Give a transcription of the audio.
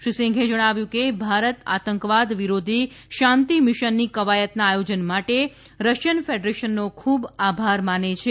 શ્રી સિંઘે જણાવાયું કે ભારત આતંકવાદ વિરોધી શાંતિ મિશનની કવાયતના આયોજન માટે રશિયન ફેડરેશનનો ખૂબ આભાર માને છે